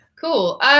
Cool